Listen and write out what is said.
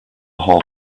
whole